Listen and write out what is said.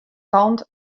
kant